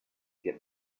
get